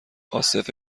عاصف